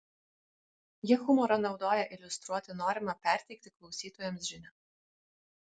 jie humorą naudoja iliustruoti norimą perteikti klausytojams žinią